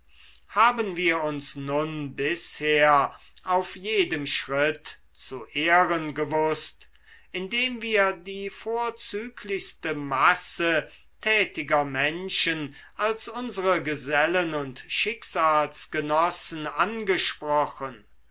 haben wir uns nun bisher auf jedem schritt zu ehren gewußt indem wir die vorzüglichste masse tätiger menschen als unsere gesellen und schicksalsgenossen angesprochen